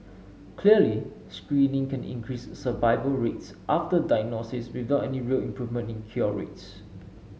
clearly screening can increase survival rates after diagnosis without any real improvement in cure rates